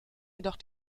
jedoch